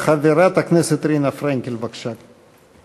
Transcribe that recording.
חברת הכנסת רינה פרנקל, בבקשה.